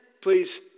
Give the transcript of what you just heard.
please